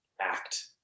act